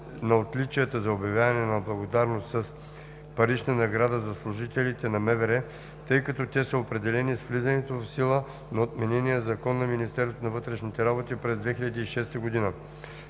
на отличията за обявяване на благодарност с парична награда за служителите на МВР, тъй като те са определени с влизането в сила на отменения Закон за Министерството на вътрешните работи през 2006 г.